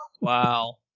Wow